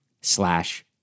slash